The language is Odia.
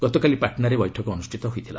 ଗତକାଲି ପାଟନାରେ ବୈଠକ ଅନ୍ଦୁଷ୍ଠିତ ହୋଇଥିଲା